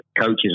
coaches